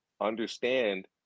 understand